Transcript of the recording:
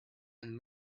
and